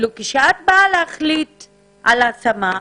כשאת מחליטה על השמה,